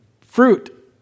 fruit